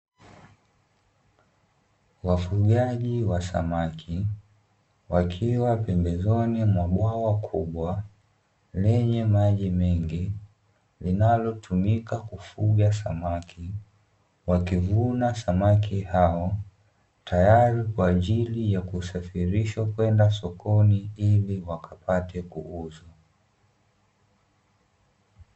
Wafugaji wa samaki, wakiwa pembezoni mwa bwawa kubwa lenye maji mengi, linalotumika kufuga samaki ,wakivuna samaki hao tayari kwa ajili ya kusafirishwa kwenda sokoni, ili wakapate kuuzwa.